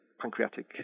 pancreatic